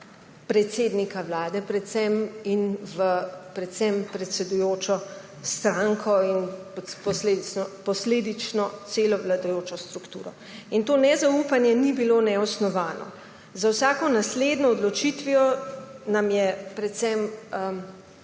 predsednika Vlade in predvsem v predsedujočo stranko in posledično celo vladajočo strukturo. In to nezaupanje ni bilo neosnovano. Z vsako naslednjo odločitvijo je predvsem